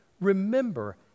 Remember